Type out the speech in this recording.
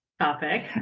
topic